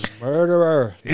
murderer